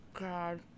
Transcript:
God